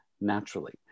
naturally